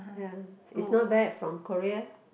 ya is not bad from Korea